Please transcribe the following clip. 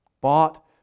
bought